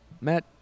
Matt